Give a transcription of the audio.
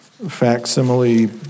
Facsimile